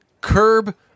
Curb